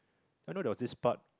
I know there was this part